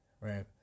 right